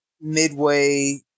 midway